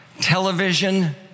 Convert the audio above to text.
television